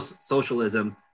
socialism